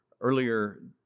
earlier